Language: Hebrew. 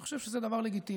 אני חושב שזה דבר לגיטימי.